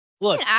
look